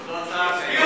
הוא עוד לא צעק היום.